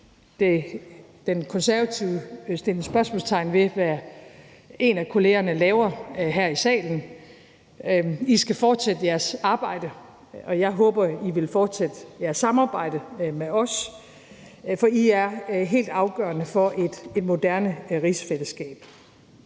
De Konservative sætter spørgsmålstegn ved, hvad en af kollegerne laver her i salen. I skal fortsætte jeres arbejde, og jeg håber, at I vil fortsætte jeres samarbejde med os, for I er helt afgørende for et moderne rigsfællesskab.